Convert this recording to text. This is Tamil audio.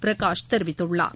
பிரகாஷ் தெரிவித்துள்ளார்